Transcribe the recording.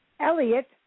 Elliot